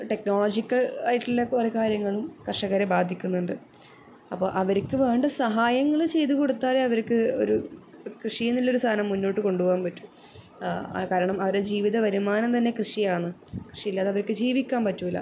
technological ആയിട്ടുള്ള കുറേ കാര്യങ്ങളും കർഷകരെ ബാധിക്കുന്നുണ്ട് അപ്പം അവർക്ക് വേണ്ട സഹായങ്ങൾ ചെയ്തു കൊടുത്താലെ അവർക്ക് ഒരു കൃഷിയിന്നുള്ളൊരു സാധനം മുന്നോട്ടു കൊണ്ടുപോകാൻ പറ്റു കാരണം അവരുടെ ജീവിത വരുമാനം തന്നെ കൃഷിയാണ് കൃഷി ഇല്ലാതെ അവർക്ക് ജീവിക്കാൻ പറ്റൂല്ല